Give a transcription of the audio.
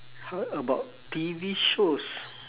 how about T_V shows